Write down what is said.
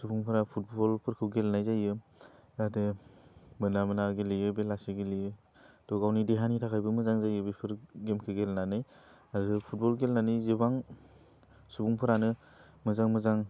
सुबुफोरा फुटबलफोरखौ गेलेनाय जायो जाहाथे मोना मोना गेलेयो बेलासि गेलेयो थह गावनि देहानि थाखायबो मोजां जायो बेफोर गेमखौ गेलेनानै आरो फुटबल गेलेनानै जोबां सुबुंफोरानो मोजां मोजां